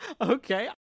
Okay